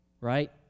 right